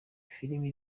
filimi